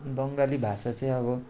बङ्गाली भाषा चाहिँ अब